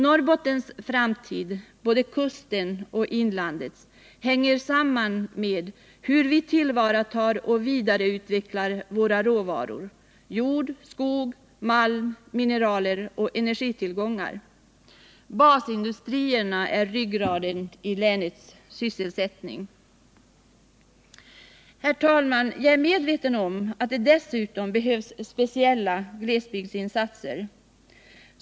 Norrbottens framtid — både kustlandets och inlandets — hänger samman med hur vi tillvaratar och vidareutvecklar våra råvaror: jord, skog, malm, Nr 44 mineraler och energitilllgångar. Basindustrierna är ryggraden i länets sysselsättning. Herr talman! Jag är medveten om att det också behövs speciella glesbygdsinsatser.